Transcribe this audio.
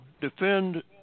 defend